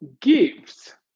Gifts